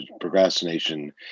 procrastination